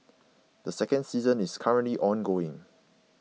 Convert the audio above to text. the second season is currently ongoing